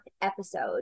episode